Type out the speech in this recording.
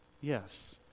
Yes